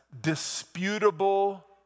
disputable